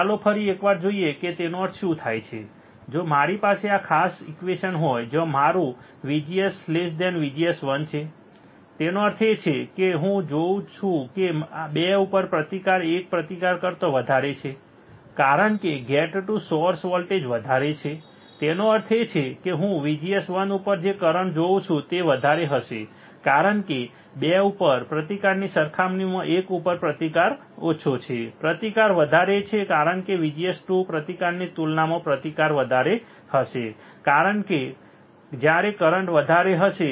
ચાલો ફરી એક વાર જોઈએ કે તેનો અર્થ શું થાય છે જો મારી પાસે આ ખાસ ઈક્વેશન હોય જ્યાં મારું VGS2 VGS1 છે તેનો અર્થ એ છે કે હું જોઉં છું કે 2 ઉપર પ્રતિકાર એક પ્રતિકાર કરતા વધારે છે કારણ કે ગેટ ટુ સોર્સ વોલ્ટેજ વધારે છે તેનો અર્થ એ છે કે હું VGS1 ઉપર જે કરંટ જોઉં છું તે વધારે હશે કારણ કે 2 ઉપર પ્રતિકારની સરખામણીમાં એક ઉપર પ્રતિકાર ઓછો છે તે પ્રતિકાર વધારે છે કારણ કે VGS2 પ્રતિકારની તુલનામાં પ્રતિકાર વધારે હશે જ્યારે કરંટ વધારે હશે